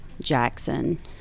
jackson